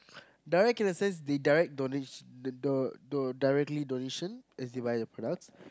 direct in a sense they direct donation do do directly donation as they buy the products